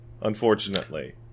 unfortunately